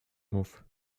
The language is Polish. mów